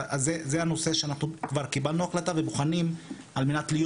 זה הנושא שאנחנו כבר קיבלנו החלטה ובוחנים על מנת להיות